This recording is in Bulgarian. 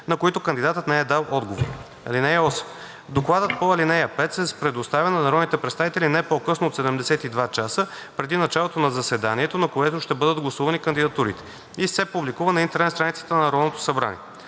на които кандидатът не е дал отговор. (8) Докладът по ал. 5 се предоставя на народните представители не по-късно от 72 часа преди началото на заседанието, на което ще бъдат гласувани кандидатурите, и се публикува на интернет страницата на Народното събрание.